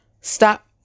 stop